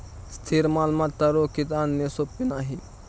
स्थिर मालमत्ता रोखीत आणणे सोपे नाही